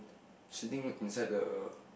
sitting inside the